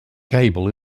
gable